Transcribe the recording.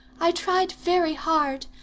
i tried very hard,